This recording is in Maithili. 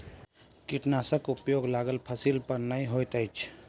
कीटनाशकक उपयोग लागल फसील पर नै होइत अछि